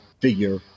figure